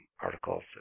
articles